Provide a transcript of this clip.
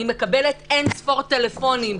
אני מקבלת אין ספור טלפונים.